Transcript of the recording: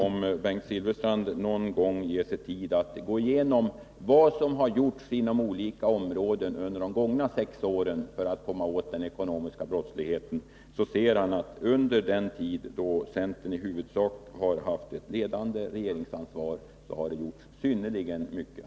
Om Bengt Silfverstrand någon gång ger sig tid att gå igenom vad som har gjorts inom olika områden under de gångna sex åren för att komma åt den ekonomiska brottsligheten, hoppas jag att han skall finna att det under den tid då centern i huvudsak har haft ett ledande regeringsansvar har gjorts synnerligen mycket.